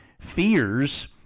fears